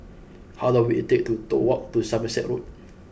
how long will it take to walk to Somerset Road